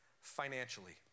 financially